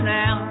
now